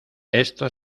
esto